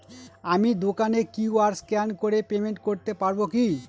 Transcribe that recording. আমি দোকানে QR scan করে পেমেন্ট করতে পারবো কি?